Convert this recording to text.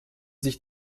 sich